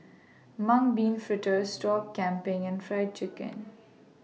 Mung Bean Fritters Sop Kambing and Fried Chicken